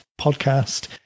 podcast